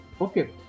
Okay